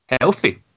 healthy